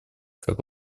как